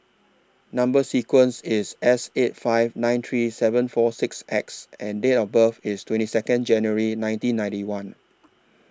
Number sequence IS S eight five nine three seven four six X and Date of birth IS twenty Second January nineteen ninety one